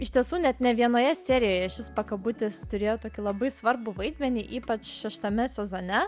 iš tiesų net ne vienoje serijoje šis pakabutis turėjo tokį labai svarbų vaidmenį ypač šeštame sezone